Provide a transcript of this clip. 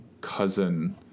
cousin